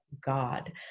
God